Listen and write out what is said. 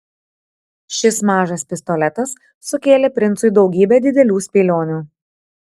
šis mažas pistoletas sukėlė princui daugybę didelių spėlionių